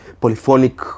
polyphonic